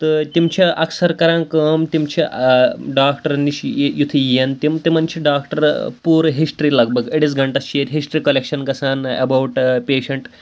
تہٕ تِم چھِ اَکثر کَران کٲم تِم چھِ ڈاکٹرن نِش یُتھُے یِن تِم تِمَن چھِ ڈاکٹَر پوٗرٕ ہِسٹرٛی لگ بگ أڈِس گَنٹَس چھِ ییٚتہِ ہِسٹرٛی کَلٮ۪کشَن گژھان اٮ۪باوُٹ پیشَنٹ